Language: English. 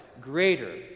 greater